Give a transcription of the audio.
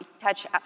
touch